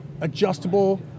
adjustable